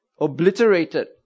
obliterated